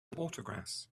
autographs